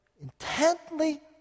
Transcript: intently